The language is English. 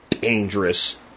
dangerous